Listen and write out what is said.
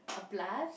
a plus